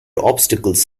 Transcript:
obstacles